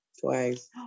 twice